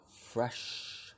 fresh